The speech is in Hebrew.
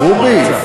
רובי,